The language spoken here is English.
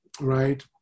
right